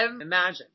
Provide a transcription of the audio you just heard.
imagine